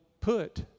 put